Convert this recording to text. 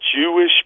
jewish